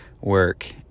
work